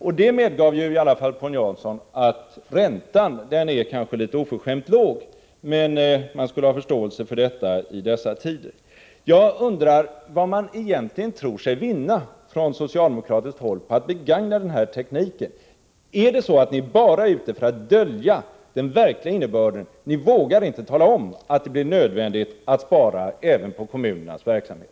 Paul Jansson medgav i alla fall att räntan kanske är oförtjänt låg, men han menade att man i dessa tider skulle ha förståelse för detta. Jag undrar vad man från socialdemokratiskt håll egentligen tror sig vinna på att begagna den här tekniken. Är det så att ni bara är ute efter att dölja den verkliga innebörden, att ni inte vågar tala om att det blir nödvändigt att spara även på kommunernas verksamhet?